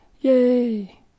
Yay